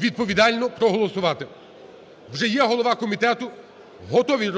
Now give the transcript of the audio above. відповідально проголосувати. Вже є голова комітету, готові